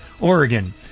Oregon